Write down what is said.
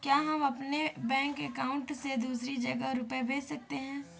क्या हम अपने बैंक अकाउंट से दूसरी जगह रुपये भेज सकते हैं?